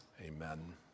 Amen